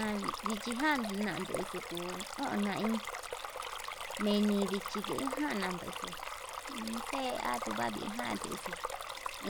An ndichi jan nanexu kuu jonnai, menii ndichi nduu jan nanduxu te atii kandi va'a nduxuu